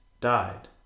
died